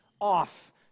off